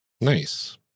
Nice